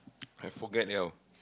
I forget liao